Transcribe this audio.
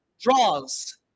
draws